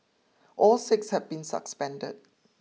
all six have been suspended